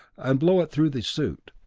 and blow it through the suit.